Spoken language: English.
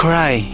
Cry